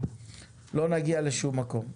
לא נגיע לשום מקום.